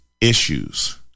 issues